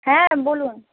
হ্যাঁ বলুন